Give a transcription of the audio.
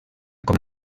com